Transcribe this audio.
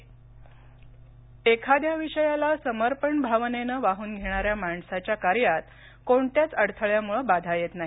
चितमपल्ली एखाद्या विषयाला समर्पण भावनेनं वाहून घेणाऱ्या माणसाच्या कार्यात कोणत्याच अडथळ्यामुळे बाधा येत नाही